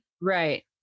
Right